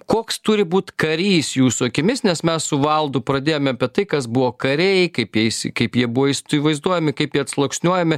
koks turi būt karys jūsų akimis nes mes su valdu pradėjom apie tai kas buvo kariai kaip jais kaip jie buvo įsivaizduojami kaip jie atsluoksniuojami